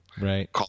right